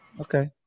Okay